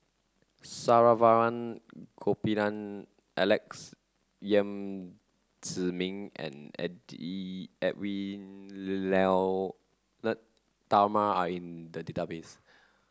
Saravanan Gopinathan Alex Yam Ziming and Edwy Lyonet Talma are in the database